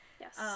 Yes